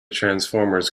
transformers